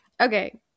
okay